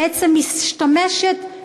בעצם משתמשת,